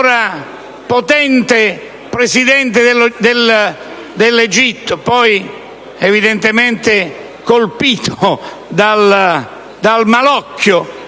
potente presidente dell'Egitto, poi evidentemente colpito dal malocchio